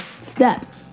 steps